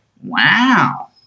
wow